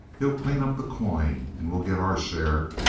he'll clean up the coin and we'll get our share.